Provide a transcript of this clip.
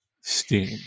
steam